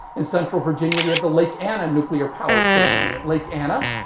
in central virginia, we have the lake anna nuclear power station and, at lake anna,